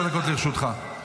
5 ק"מ.